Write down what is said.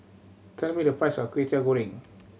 tell me the price of Kway Teow Goreng